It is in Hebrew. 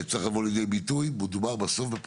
אני רק אשיב לתגובת משרד האוצר, אין